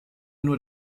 nur